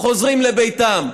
חוזרים לביתם.